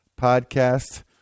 podcast